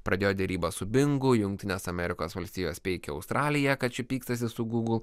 pradėjo derybas su bingu jungtines amerikos valstijos peikė australiją kad ši pykstasi su gūgl